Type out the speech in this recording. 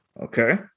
Okay